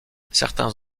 certains